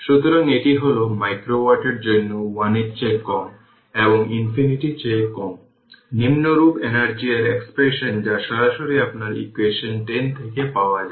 সুতরাং এটি হল মাইক্রোওয়াট এর জন্য 1 এর চেয়ে কম এবং ইনফিনিটি চেয়ে কম নিম্নরূপ এনার্জি এর এক্সপ্রেশন যা সরাসরি আপনার ইকুয়েশন 10 থেকে পাওয়া যায়